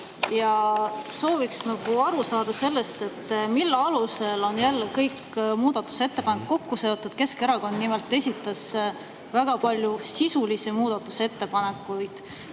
Sooviksin aru saada sellest, et mille alusel on jälle kõik muudatusettepanekud kokku seotud. Keskerakond esitas väga palju sisulisi muudatusettepanekuid,